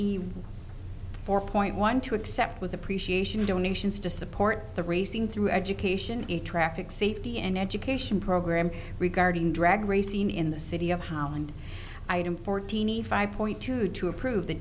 four point one two accept with appreciation donations to support the racing through education traffic safety and education program regarding drag racing in the city of holland item fortini five point two to approve the